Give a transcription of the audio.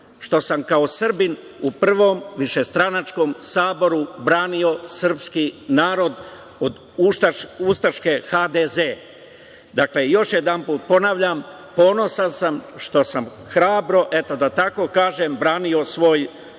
što sam kao Srbin u prvom višestranačkom Saboru branio Srpski narod od ustaške HDZ.Dakle, još jedanput, ponavljam, ponosan sam što sam hrabro, eto da tako kažem, branio svoj narod.